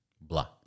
blah